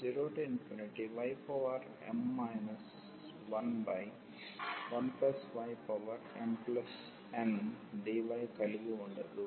మనకు 0ym 11ymndy కలిగి ఉండదు